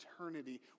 eternity